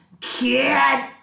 KID